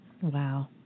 Wow